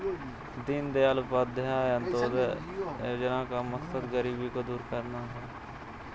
दीनदयाल उपाध्याय अंत्योदय योजना का मकसद गरीबी को दूर करना है